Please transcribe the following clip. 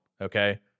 okay